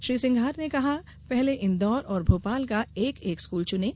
श्री सिंघार ने कहा पहले इंदौर और भोपाल का एक एक स्कूल चुनें